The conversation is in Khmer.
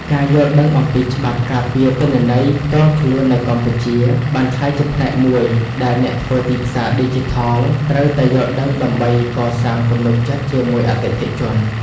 ការយល់ដឹងអំពីច្បាប់ការពារទិន្នន័យផ្ទាល់ខ្លួននៅកម្ពុជា បានក្លាយជាផ្នែកមួយដែលអ្នកធ្វើទីផ្សារឌីជីថលត្រូវតែយល់ដឹងដើម្បីកសាងទំនុកចិត្តជាមួយអតិថិជន។